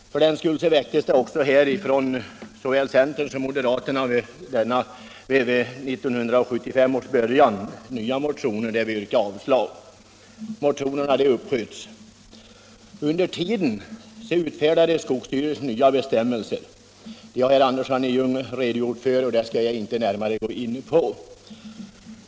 För den skull väcktes det från såväl centern som moderaterna vid 1975 års början nya motioner, där vi yrkade avslag på anmälningsskyldigheten. Motionernas behandling uppsköts till hösten. Under tiden utfärdade skogsstyrelsen nya bestämmelser. Dessa har herr Andersson i Ljung redan redogjort för, varför jag inte behöver gå närmare in på dem.